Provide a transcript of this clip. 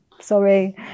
sorry